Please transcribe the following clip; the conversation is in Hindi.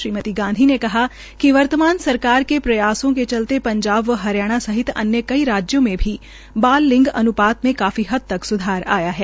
श्रीमती गांधी ने कहा कि वर्तमान सरकार की प्रयासों के चलते पंजाब व हरियाणा सहित अन्य कई राज्यों में भी बाल लिंग अन्पात मे काफी हद तक स्धार आया है